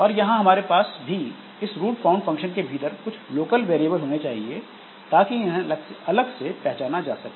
और यहां हमारे पास भी इस रूट फाइंड फंक्शन के भीतर कुछ लोकल वेरिएबल होने चाहिए ताकि इन्हें अलग से पहचाना जा सके